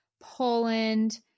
Poland